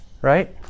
Right